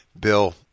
Bill